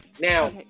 Now